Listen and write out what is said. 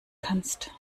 kannst